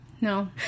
No